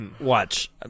watch